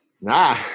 nah